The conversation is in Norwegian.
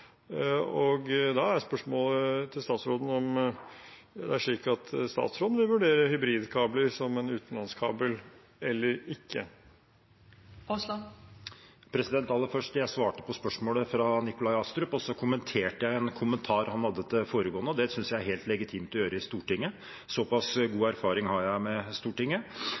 Da er spørsmålet til statsråden om det er slik at statsråden vil vurdere hybridkabler som en utenlandskabel eller ikke. Aller først: Jeg svarte på spørsmålet fra Nikolai Astrup, og så kommenterte jeg det han bemerket til det foregående, og det synes jeg er helt legitimt å gjøre i Stortinget. Såpass god erfaring har jeg med Stortinget.